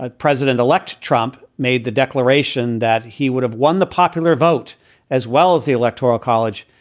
ah president elect trump made the declaration that he would have won the popular vote as well as the electoral college,